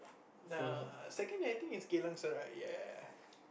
na second I think it's Geylang-Serai yeah